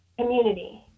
community